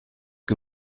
que